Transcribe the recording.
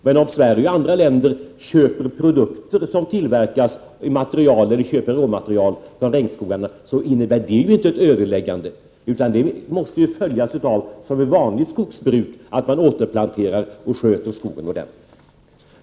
Men om Sverige och andra länder köper produkter som tillverkas av material från regnskogen eller köper råmaterial från regnskogen, innebär det inte ett ödeläggande, utan det måste följas av att man, som i vanligt skogsbruk, återplanterar och sköter skogen ordentligt.